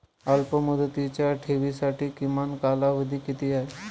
अल्पमुदतीच्या ठेवींसाठी किमान कालावधी किती आहे?